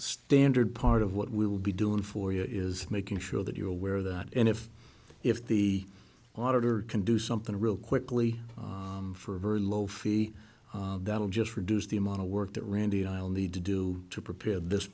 standard part of what we will be doing for you is making sure that you're aware of that and if if the auditor can do something real quickly for a very low fee that will just reduce the amount of work that randy i'll need to do to prepare this